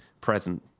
present